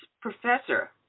professor